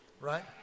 right